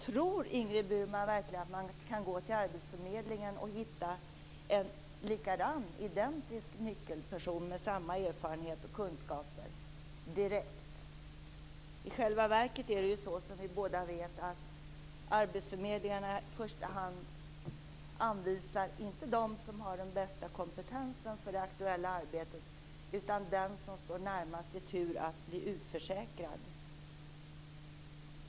Tror Ingrid Burman verkligen att man kan gå direkt till Arbetsförmedlingen och hitta en identisk nyckelperson med samma erfarenheter och kunskaper? I själva verket är det som vi båda vet att Arbetsförmedlingarna i första hand anvisar inte den som har den bästa kompetensen för det aktuella arbetet utan den som står närmast i tur att bli utförsäkrad.